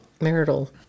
marital